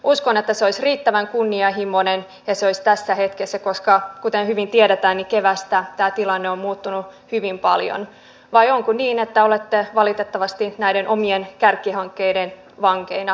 uskon että se olisi riittävän kunnianhimoinen ja se olisi tässä hetkessä koska kuten hyvin tiedetään niin keväästä tämä tilanne on muuttunut hyvin paljon vai onko niin että olette valitettavasti näiden omien kärkihankkeidenne vankeina